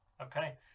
Okay